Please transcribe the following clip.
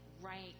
right